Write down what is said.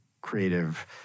creative